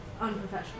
unprofessional